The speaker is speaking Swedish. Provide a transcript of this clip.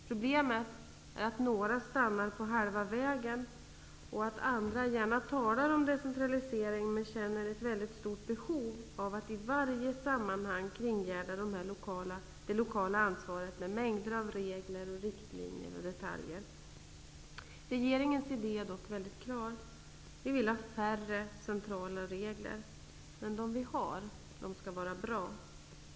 Problemet är att några stannar på halva vägen och att andra gärna talar om decentralisering men känner mycket stort behov av att i varje sammanhang kringgärda det lokala ansvaret med mängder av regler, riktlinjer och detaljer. Regeringens idé är dock mycket klar. Vi vill ha färre centrala regler. Men de regler som vi har skall vara bra.